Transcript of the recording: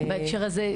בהקשר הזה,